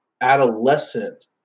adolescent